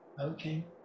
Okay